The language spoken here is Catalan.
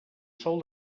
sol